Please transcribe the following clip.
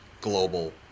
global